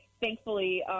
thankfully